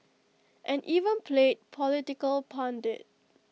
and even played political pundit